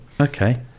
Okay